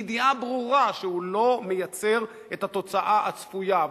בידיעה ברורה שהוא לא מייצר את התוצאה הצפויה.